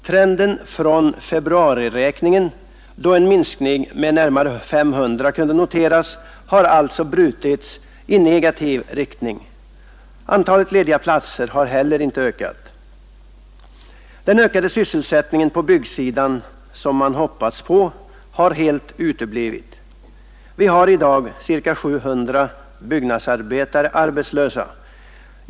Trenden från februariräkningen då en minskning med närmare 500 kunde noteras har alltså brutits i negativ riktning. Antalet lediga platser har heller inte ökat. Den ökade sysselsättningen på byggsidan som man hoppats på har helt uteblivit. Vi har i dag ca 700 byggnadsarbetare arbetslösa.